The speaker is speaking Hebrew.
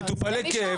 מטופלי כאב,